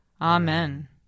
Amen